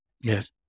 Yes